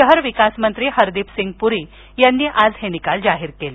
शहर विकास मंत्री हरदिप सिंग पुरी यांनी हे निकाल जाहीर केले